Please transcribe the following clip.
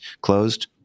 closed